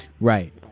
Right